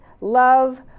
love